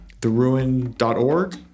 Theruin.org